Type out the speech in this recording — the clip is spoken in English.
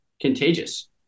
contagious